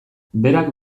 berak